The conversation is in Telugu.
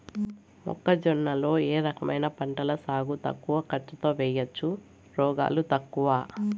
మొక్కజొన్న లో ఏ రకమైన పంటల సాగు తక్కువ ఖర్చుతో చేయచ్చు, రోగాలు తక్కువ?